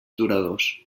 duradors